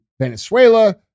Venezuela